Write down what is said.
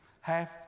half